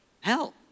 Hell